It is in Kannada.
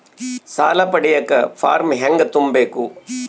ಸಾಲ ಪಡಿಯಕ ಫಾರಂ ಹೆಂಗ ತುಂಬಬೇಕು?